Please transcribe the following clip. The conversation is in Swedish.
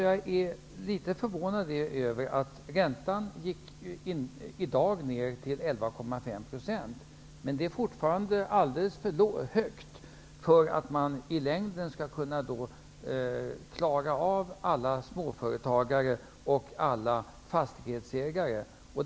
Jag är litet förvånad över att räntan i dag gick ned till 11,5 %, men det är fortfarande alldeles för högt för att man i längden skall kunna klara alla småföretagare och alla fastighetsägare.